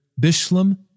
Bishlam